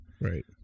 Right